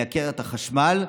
לייקר את החשמל.